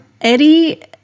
Eddie